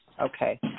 Okay